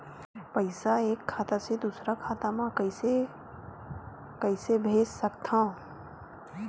पईसा एक खाता से दुसर खाता मा कइसे कैसे भेज सकथव?